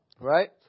Right